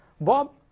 Bob